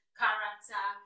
character